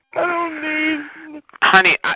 Honey